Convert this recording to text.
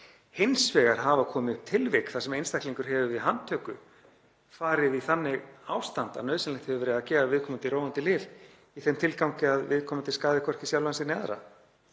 Hins vegar hafa komið upp tilvik þar sem einstaklingur hefur við handtöku […] farið í þannig ástand að nauðsynlegt hefur verið að gefa viðkomandi róandi lyf í þeim tilgangi að viðkomandi skaði hvorki sjálfan sig eða